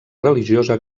religiosa